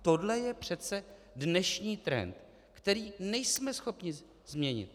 Tohle je přece dnešní trend, který nejsme schopni změnit.